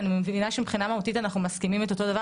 אני מבינה שמבחינה מהותית אנחנו מסכימים על אותו דבר